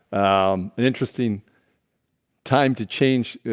um an interesting time to change